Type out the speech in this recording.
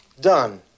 Done